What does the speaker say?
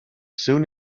soon